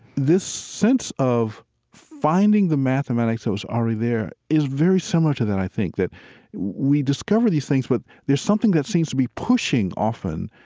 this sense of finding the mathematics that was already there is very similar to that, i think. that we discover these things, but there's something that seems to be pushing often.